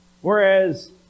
Whereas